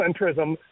centrism